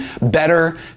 better